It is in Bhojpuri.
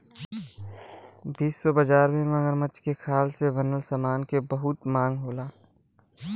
विश्व बाजार में मगरमच्छ के खाल से बनल समान के बहुत मांग होला